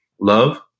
love